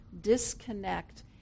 disconnect